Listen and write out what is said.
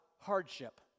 hardship